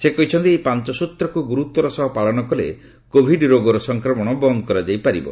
ସେ କହିଛନ୍ତି ଏହି ପାଞ୍ଚସୂତ୍ରକୁ ଗୁରୁତ୍ୱର ସହ ପାଳନ କଲେ କୋଭିଡ ରୋଗର ସଂକ୍ରମଣ ବନ୍ଦ କରାଯାଇପାରିବ